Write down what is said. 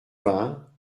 vingts